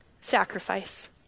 Sacrifice